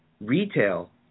retail